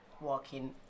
walking